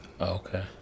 Okay